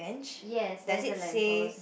yes there's a lamp post